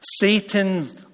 Satan